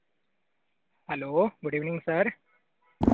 hello good evening sir